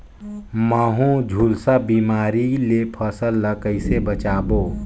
महू, झुलसा बिमारी ले फसल ल कइसे बचाबो?